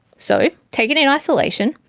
so, taken in isolation,